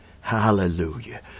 hallelujah